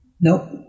Nope